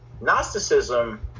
Gnosticism